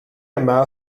yma